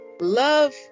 Love